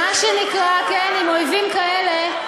שנקרא, עם אויבים כאלה,